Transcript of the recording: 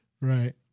Right